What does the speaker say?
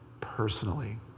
personally